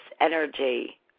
energy